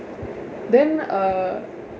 then uh